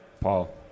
Paul